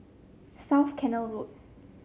South Canal Road